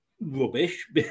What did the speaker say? rubbish